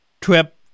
trip